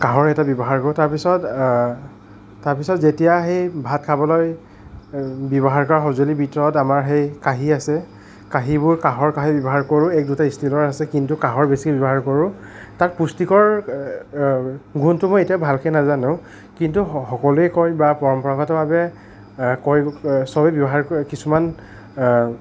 কাঁহৰ হেতা ব্যৱহাৰ কৰোঁ তাৰপিছত তাৰপিছত যেতিয়া সেই ভাত খাবলৈ ব্যৱহাৰ কৰা সঁজুলিৰ ভিতৰত আমাৰ সেই কাঁহী আছে কাঁহীবোৰ কাঁহৰ কাঁহী ব্যৱহাৰ কৰোঁ এক দুটা ষ্টিলৰ আছে কিন্তু কাঁহৰ বেছিকৈ ব্যৱহাৰ কৰোঁ তাত পুষ্টিকৰ গুণটো মই এতিয়া ভালকৈ নাজানো কিন্তু স সকলোৱে কয় বা পৰম্পৰাগতভাৱে কয় সবে ব্যৱহাৰ কৰে কিছুমান